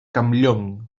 campllong